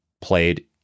played